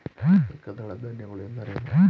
ಏಕದಳ ಧಾನ್ಯಗಳು ಎಂದರೇನು?